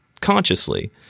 consciously